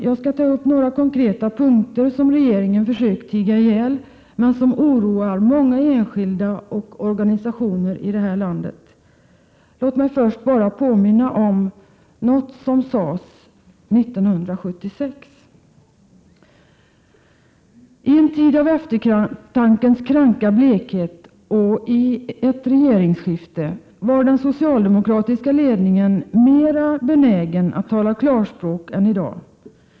Jag skall ta upp några konkreta punkter, som regeringen försökt tiga ihjäl, men som oroar många enskilda och organisationer i landet. Låt mig först bara påminna om något som sades 1976. I en tid av eftertankens kranka blekhet och vid ett regeringsskifte var den socialdemokratiska ledningen mera benägen att tala klarspråk än i dag.